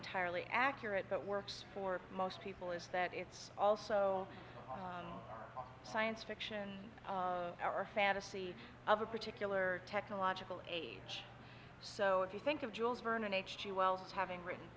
entirely accurate but works for most people is that it's also science fiction or fantasy of a particular technological age so if you think of jules verne and h g wells having written